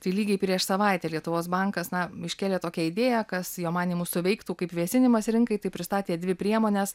tai lygiai prieš savaitę lietuvos bankas na iškėlė tokią idėją kas jo manymu suveiktų kaip vėsinimas rinkai tai pristatė dvi priemones